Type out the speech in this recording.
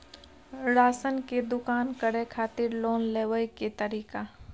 Ration के दुकान करै खातिर लोन लेबै के तरीका?